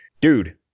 Dude